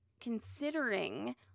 considering